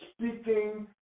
speaking